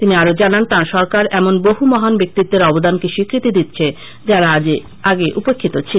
তিনি আরও জানান তাঁর সরকার এমন বহু মহান ব্যক্তিত্বের অবদানকে স্বীকৃতি দিচ্ছে যারা আগে উপেক্ষিত ছিল